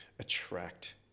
attract